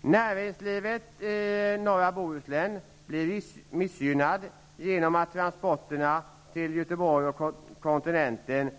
Näringslivet i norra Bohuslän missgynnas genom att det tar extremt lång tid för transporter till Göteborg och kontinenten.